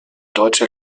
deutsche